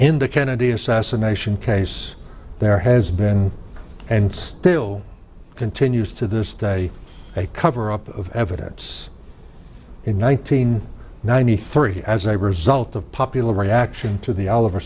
in the kennedy assassination case there has been and still continues to this day a cover up of evidence in one nine hundred ninety three as a result of popular reaction to the oliver